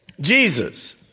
Jesus